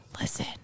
Listen